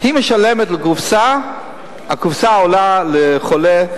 הקופסה עולה לחולה,